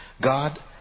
God